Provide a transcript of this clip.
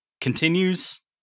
continues